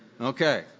Okay